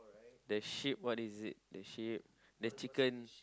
the sheep what is it the sheep the chicken